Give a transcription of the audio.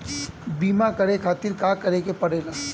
बीमा करे खातिर का करे के पड़ेला?